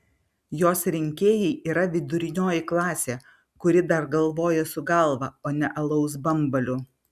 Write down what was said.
jos rinkėjai yra vidurinioji klasė kuri dar galvoja su galva o ne alaus bambaliu